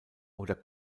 oder